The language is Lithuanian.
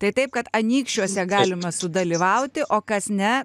tai taip kad anykščiuose galima sudalyvauti o kas ne